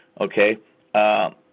Okay